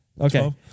Okay